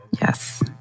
Yes